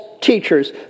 teachers